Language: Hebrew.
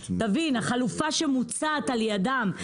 תבין, החלופה שמוצעת על ידם.